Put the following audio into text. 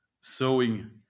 sowing